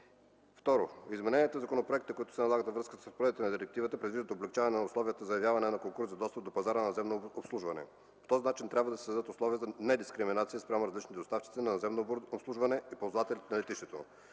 Измененията в законопроекта, които се налагат във връзка с разпоредбите на Директивата, предвиждат облекчаване на условията за явяване на конкурс за достъп до пазара на наземно обслужване. По този начин трябва да се създадат условия за недискриминация спрямо различните доставчици на наземно обслужване и ползвателите на летището.